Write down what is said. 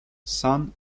son